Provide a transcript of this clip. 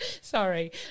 sorry